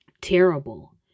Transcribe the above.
terrible